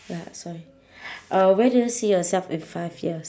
ya sorry uh where do you see yourself in five years